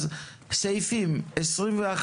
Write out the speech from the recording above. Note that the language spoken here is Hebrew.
סעיפים 22,